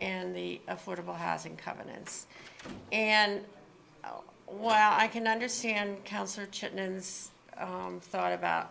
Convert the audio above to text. and the affordable housing covenants and oh wow i can understand thought about